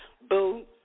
boo